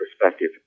perspective